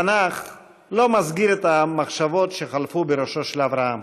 התנ"ך לא מסגיר את המחשבות שחלפו בראשו של אברהם,